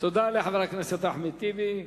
תודה לחבר הכנסת אחמד טיבי.